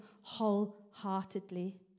wholeheartedly